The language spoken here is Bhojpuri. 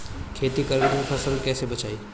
खेती कईल फसल कैसे बचाई?